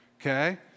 Okay